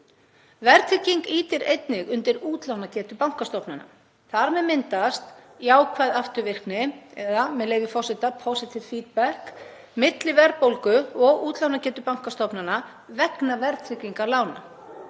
Verðtrygging ýtir einnig undir útlánagetu bankastofnana. Þar með myndast jákvæð afturvirkni eða, með leyfi forseta, „positive feedback“ milli verðbólgu og útlánagetu bankastofnana vegna verðtryggingar lána.